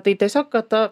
tai tiesiog kad ta